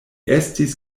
estis